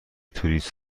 توریست